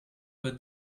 but